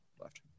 left